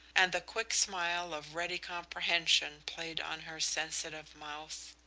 and the quick smile of ready comprehension played on her sensitive mouth.